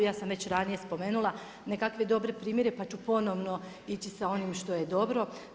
Ja sam već ranije spomenula nekakve dobre primjere pa ću ponovno ići sa onim što je dobro.